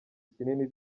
kinini